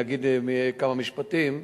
אני אגיד כמה משפטים.